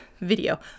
video